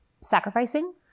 sacrificing